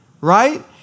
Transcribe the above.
right